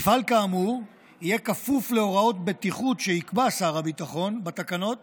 מפעל כאמור יהיה כפוף להוראות בטיחות שיקבע שר הביטחון בתקנות